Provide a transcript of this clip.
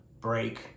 break